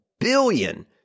billion